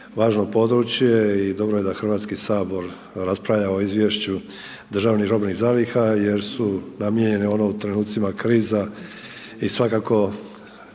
Hrvatski sabor raspravlja o izvješću državnih robnih zaliha jer su namijenjene ono u trenucima kriza i svakako